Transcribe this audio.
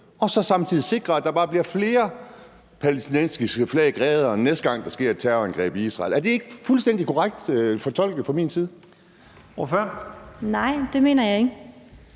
og samtidig sikre, at der bare bliver flere palæstinensiske flag i gaderne, næste gang der sker et terrorangreb i Israel. Er det ikke fuldstændig korrekt fortolket fra min side? Kl. 11:07 Første